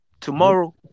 tomorrow